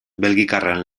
belgikarren